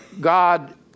God